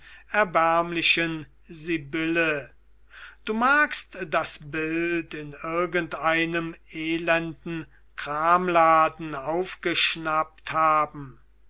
erbärmlichen sibylle du magst das bild in irgendeinem elenden kramladen aufgeschnappt haben